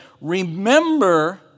Remember